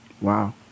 Wow